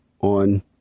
on